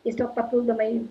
tiesiog papildomai